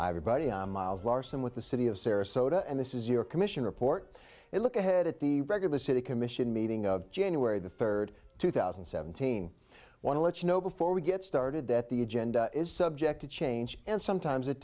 i have a buddy miles larson with the city of sarasota and this is your commission report at look ahead at the regular city commission meeting of january the third two thousand and seventeen want to let you know before we get started that the agenda is subject to change and sometimes it